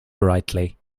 brightly